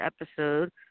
episode